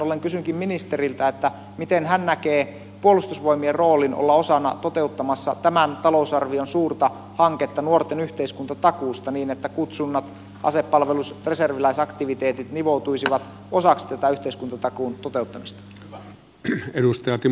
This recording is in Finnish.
näin ollen kysynkin ministeriltä miten hän näkee puolustusvoimien roolin olla osana toteuttamassa tämän talousarvion suurta hanketta nuorten yhteiskuntatakuusta niin että kutsunnat asepalvelus reserviläisaktiviteetit nivoutuisivat osaksi tätä yhteiskuntatakuun toteuttamista